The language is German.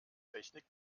technik